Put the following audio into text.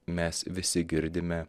mes visi girdime